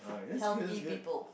healthy people